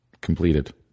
Completed